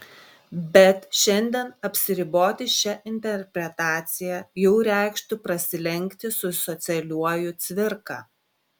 bet šiandien apsiriboti šia interpretacija jau reikštų prasilenkti su socialiuoju cvirka